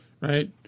Right